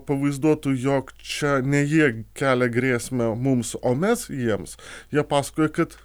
pavaizduotų jog čia ne jie kelia grėsmę mums o mes jiems jie pasakoja kad